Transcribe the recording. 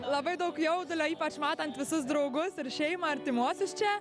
labai daug jaudulio ypač matant visus draugus ir šeimą artimuosius čia